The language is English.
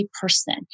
person